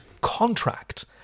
contract